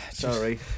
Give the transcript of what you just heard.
Sorry